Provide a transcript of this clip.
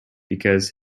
because